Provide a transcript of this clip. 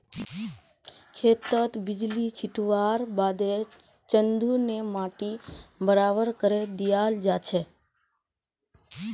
खेतत बिच्ची छिटवार बादे चंघू ने माटी बराबर करे दियाल जाछेक